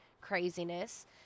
craziness